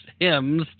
hymns